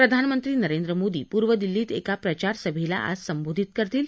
प्रधानमंत्री नरेंद्र मोदी पूर्व दिल्लीत एका प्रचारसभेला आज संबोधित करतील